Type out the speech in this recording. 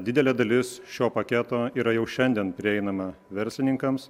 didelė dalis šio paketo yra jau šiandien prieinama verslininkams